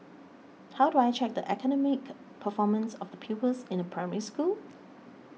how do I check the academic performance of the pupils in a Primary School